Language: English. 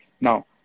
now